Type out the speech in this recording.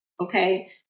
okay